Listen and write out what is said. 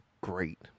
great